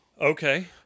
Okay